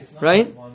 right